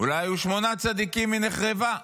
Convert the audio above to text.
אולי היו שמונה צדיקים, היא נחרבה.